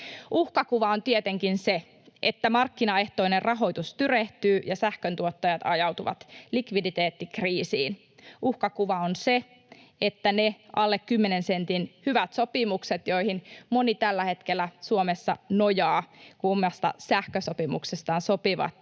Uhkakuva on tietenkin se, että markkinaehtoinen rahoitus tyrehtyy ja sähköntuottajat ajautuvat likviditeettikriisiin. Uhkakuva on se, että ne alle kymmenen sentin hyvät sopimukset, joihin moni tällä hetkellä Suomessa nojaa, kun omasta sähkösopimuksestaan sopii,